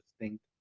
distinct